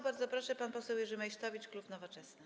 Bardzo proszę, pan poseł Jerzy Meysztowicz, klub Nowoczesna.